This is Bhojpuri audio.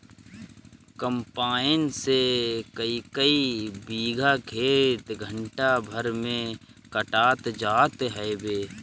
कम्पाईन से कईकई बीघा खेत घंटा भर में कटात जात हवे